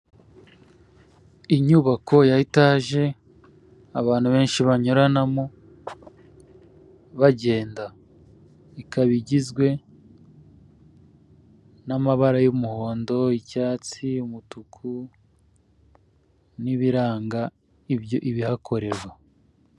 Inyubako ya etaje, abantu benshi banyuranamo bagenda, ikaba igizwe n'amabara y'umuhondo, icyatsi, umutuku n'ibiranga ibyo ibihakorerwa.